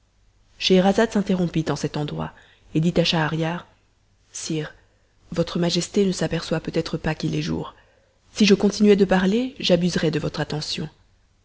scheherazade s'interrompit en cet endroit et dit à schahriar sire votre majesté ne s'aperçoit peut-être pas qu'il est jour si je continuais de parler j'abuserais de votre attention